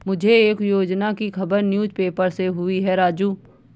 मुझे एक योजना की खबर न्यूज़ पेपर से हुई है राजू